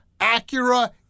Acura